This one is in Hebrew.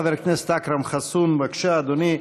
חבר הכנסת אכרם חסון, בבקשה, אדוני.